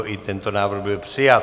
I tento návrh byl přijat.